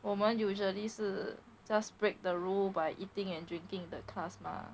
我们 usually 是 just break the rule by eating and drinking the class mah